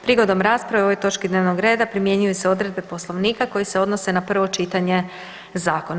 Prigodom rasprave o ovoj točki dnevnog reda primjenjuju se odredbe Poslovnika koje se odnose na prvo čitanje zakona.